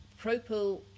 propyl